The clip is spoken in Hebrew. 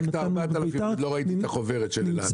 רק את ה-4,000 לא ראיתי את החוברת של אלעד.